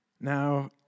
Now